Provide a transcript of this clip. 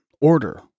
order